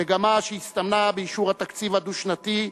המגמה שהסתמנה באישור התקציב הדו-שנתי,